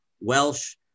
Welsh